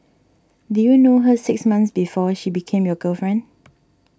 did you know her six months before she became your girlfriend